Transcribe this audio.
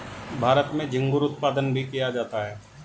भारत में झींगुर उत्पादन भी किया जाता है